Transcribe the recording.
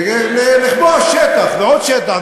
לכבוש שטח ועוד שטח,